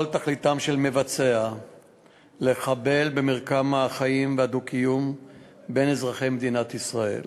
כל תכליתם של מבצעיה לחבל במרקם החיים והדו-קיום בין אזרחי מדינת ישראל